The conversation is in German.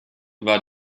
war